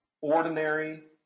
ordinary